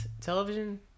television